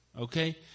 okay